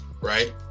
right